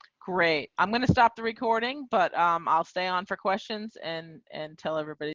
great. i'm going to stop the recording. but um i'll stay on for questions and and tell everybody.